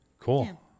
Cool